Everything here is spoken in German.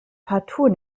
partout